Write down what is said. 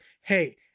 hey